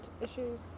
issues